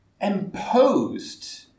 imposed